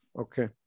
Okay